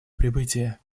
прибытия